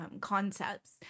concepts